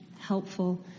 helpful